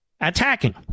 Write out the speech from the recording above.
attacking